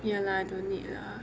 ya lah don't need lah